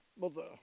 mother